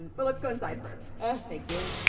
but let's go inside first oh, thank you